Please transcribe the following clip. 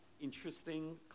interesting